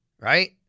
Right